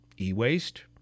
e-waste